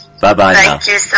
Bye-bye